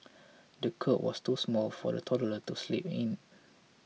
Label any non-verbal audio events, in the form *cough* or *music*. *noise* the cot was too small for the toddler to sleep in